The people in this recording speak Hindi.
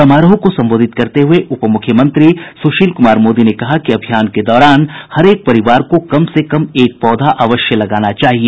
समारोह को संबोधित करते हुए उप मुख्यमंत्री सुशील कुमार मोदी ने कहा कि अभियान के दौरान हरेक परिवार को कम से कम एक पौधा अवश्य लगाना चाहिए